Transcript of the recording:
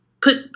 put